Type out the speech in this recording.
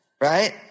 right